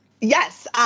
Yes